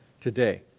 Today